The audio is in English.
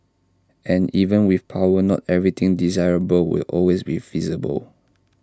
and even with power not everything desirable will always be feasible